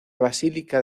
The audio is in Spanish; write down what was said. basílica